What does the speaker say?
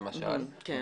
אמרנו,